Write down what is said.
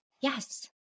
Yes